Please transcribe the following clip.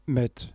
met